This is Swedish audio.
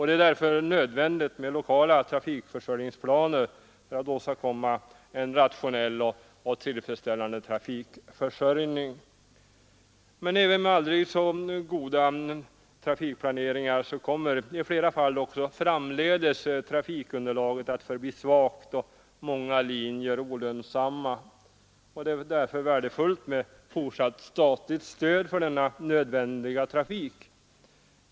Det är därför nödvändigt med lokala trafikförsörjningsplaner för att åstadkomma en rationell och tillfredsställande trafikförsörjning. Men även med aldrig så goda trafikplaneringar kommer trafikunderlaget i flera fall också framdeles att förbli svagt och många linjer olönsamma. Det är därför värdefullt med fortsatt statligt stöd för denna nödvändiga trafik.